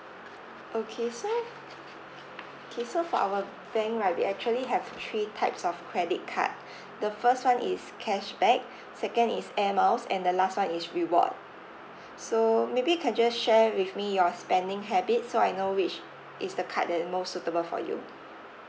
okay so okay so for our bank right we actually have three types of credit card the first one is cash back second is air miles and the last one is reward so maybe you can just share with me your spending habit so I know which is the card that it more suitable for you